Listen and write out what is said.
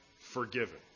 forgiven